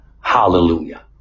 Hallelujah